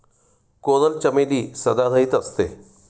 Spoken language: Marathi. कोरल चमेली सदाहरित असते